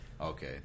Okay